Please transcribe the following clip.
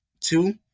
Two